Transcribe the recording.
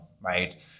right